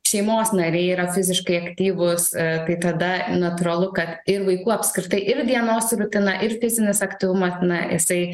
šeimos nariai yra fiziškai aktyvūs kai tada natūralu kad ir vaikų apskritai ir dienos rutina ir fizinis aktyvumas jisai